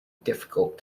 difficult